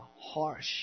harsh